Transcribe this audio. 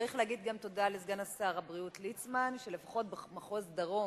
צריך להגיד גם תודה לסגן שר הבריאות ליצמן שלפחות במחוז הדרום,